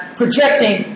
projecting